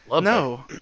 No